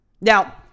Now